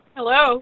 Hello